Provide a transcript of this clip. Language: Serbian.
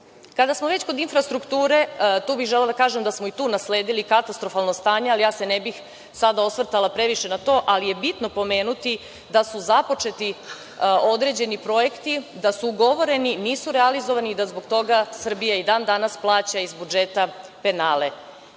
smo već dok infrastrukture, tu bih želela da kažem da smo i tu nasledili katastrofalna stanja, ali se ne bih sada osvrtala previše na to, ali je bitno pomenuti da su započeti određeni projekti, da su ugovoreni, nisu realizovani i zbog toga Srbija i dan danas plaća iz budžeta penala.